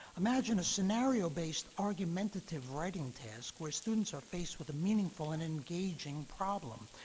imagine a scenario-based argumentative writing task where students are faced with a meaningful and engaging problem,